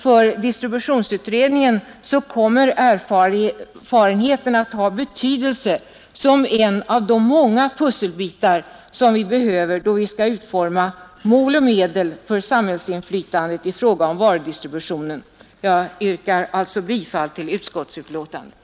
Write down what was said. För distributionsutredningen kommer erfarenheterna att ha betydelse som en av de många pusselbitar som vi behöver då vi skall utforma mål och medel för samhällsinflytandet i fråga om varudistributionen. Jag yrkar alltså bifall till utskottets hemställan.